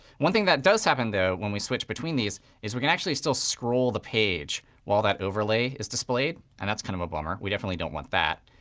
one thing that does happen, though, when we switch between these is we can actually still scroll the page while that overlay is displayed. and that's kind of a bummer. we definitely don't want that.